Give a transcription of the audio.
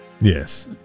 Yes